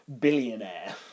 billionaire